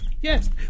Yes